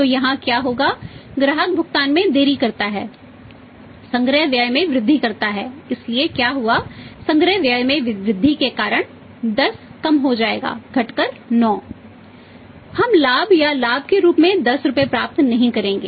तो यहां क्या होगा ग्राहक भुगतान में देरी करता है संग्रह व्यय में वृद्धि करता है इसलिए क्या हुआ संग्रह व्यय में वृद्धि के कारण 10 कम हो जाएगा घटकर 9 हम लाभ या लाभ के रूप में 10 रुपये प्राप्त नहीं करेंगे